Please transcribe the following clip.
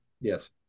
Yes